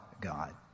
God